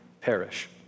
perish